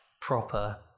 proper